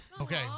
Okay